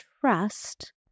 trust